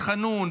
בבית חאנון,